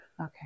Okay